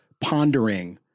pondering